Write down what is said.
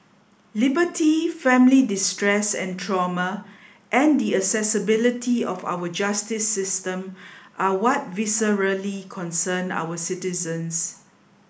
liberty family distress and trauma and the accessibility of our justice system are what viscerally concern our citizens